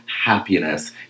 happiness